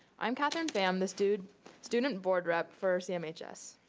i'm katherine pham, the student student board rep for cmhs.